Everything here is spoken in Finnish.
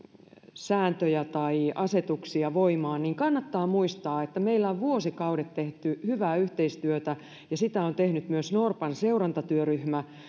sääntöjä tai asetuksia voimaan niin kannattaa muistaa että meillä on vuosikaudet tehty hyvää yhteistyötä ja sitä on tehnyt myös norpan seurantatyöryhmä